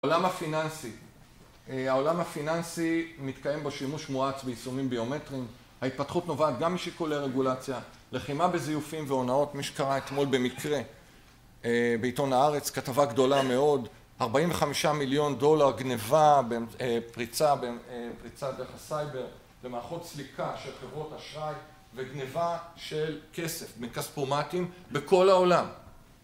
העולם הפיננסי, העולם הפיננסי מתקיים בו שימוש מואץ ביישומים ביומטרים. ההתפתחות נובעת גם משיקולי רגולציה, לחימה בזיופים והונאות - מי שקרא אתמול במקרה בעיתון הארץ, כתבה גדולה מאוד: 45 מיליון דולר גניבה בפריצה דרך הסייבר למערכות סליקה של חברות אשראי וגניבה של כסף מכספומטים בכל העולם.